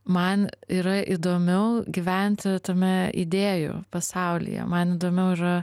man yra įdomiau gyventi tame idėjų pasaulyje man įdomiau yra